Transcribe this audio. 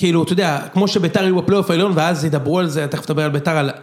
כאילו, אתה יודע, כמו שביתר היו בפלייאוף העליון ואז ידברו על זה, תכף תדבר על ביתר על...